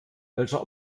welcher